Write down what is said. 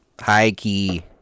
high-key